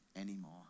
anymore